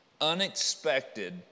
unexpected